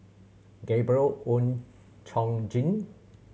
Gabriel Oon Chong Jin